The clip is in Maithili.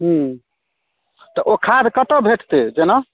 ह्म्म तऽ ओ खाद कतय भेटतै जेना